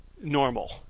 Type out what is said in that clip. normal